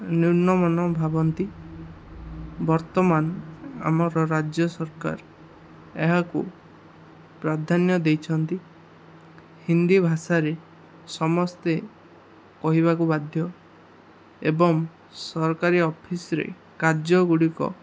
ନ୍ୟୁନମାନ ଭାବନ୍ତି ବର୍ତ୍ତମାନ ଆମର ରାଜ୍ୟ ସରକାର ଏହାକୁ ପ୍ରାଧାନ୍ୟ ଦେଇଛନ୍ତି ହିନ୍ଦୀ ଭାଷାରେ ସମସ୍ତେ କହିବାକୁ ବାଧ୍ୟ ଏବଂ ସରକାରୀ ଅଫିସ୍ରେ କାର୍ଯ୍ୟଗୁଡ଼ିକ